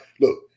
look